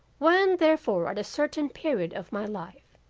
when, therefore, at a certain period of my life,